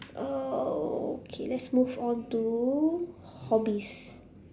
uh okay let's move on to hobbies